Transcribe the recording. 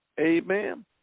Amen